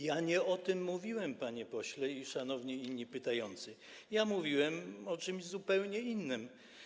Ja nie o tym mówiłem, panie pośle i szanowni inni pytający, mówiłem o czymś zupełnie innym.